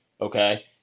Okay